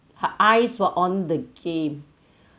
her eyes were on the game